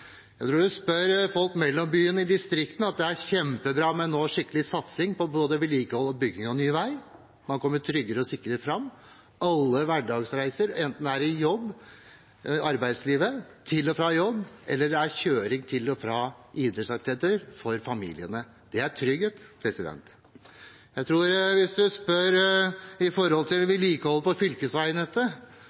Jeg tror at hvis man spør folk mellom byene, i distriktene, vil de si at det er kjempebra med en skikkelig satsing både på vedlikehold og på bygging av ny vei, for da kommer de tryggere og sikrere fram. Det gjelder alle hverdagsreiser, enten det er i jobb, i arbeidslivet, til og fra jobb, eller det er kjøring til og fra idrettsaktiviteter for familiene. Det er trygghet. Jeg tror at hvis man spør om vedlikehold på